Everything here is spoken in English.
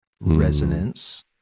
resonance